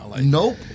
Nope